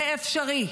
זה אפשרי,